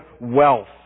wealth